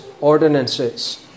ordinances